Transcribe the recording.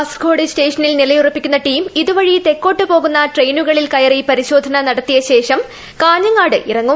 കാസർഗോഡ് സ്റ്റ് സ്റ്റേഷനിൽ നിലയുറപ്പിക്കുന്ന ടീം ഇതുവഴി തെക്കോട്ട് പോകുന്ന ട്രെയിനുകളിൽ കയറി പരിശോധന നടത്തിയശേഷം കാഞ്ഞങ്ങാട് ഇറങ്ങും